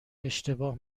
اشتباه